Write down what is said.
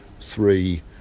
three